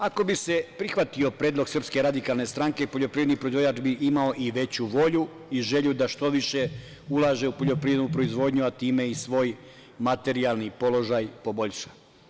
Ako bi se prihvatio predlog SRS, poljoprivredni proizvođač bi imao veću volju i želju da što više ulaže u poljoprivrednu proizvodnju, a time i svoj materijalni položaj da poboljša.